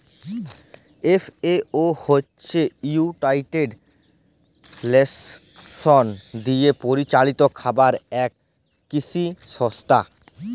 FAO হছে United Nations দিয়ে পরিচালিত খাবার এবং কিসি সংস্থা